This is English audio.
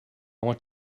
want